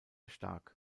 stark